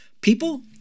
People